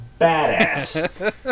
badass